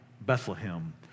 Bethlehem